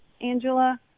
Angela